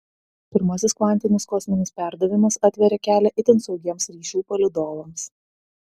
pirmasis kvantinis kosminis perdavimas atveria kelią itin saugiems ryšių palydovams